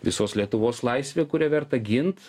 visos lietuvos laisvė kurią verta gint